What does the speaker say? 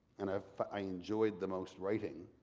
and ah i enjoyed the most writing,